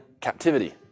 captivity